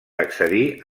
accedir